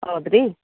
ಹೌದಾ ರಿ